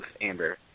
Amber